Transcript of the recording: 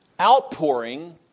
outpouring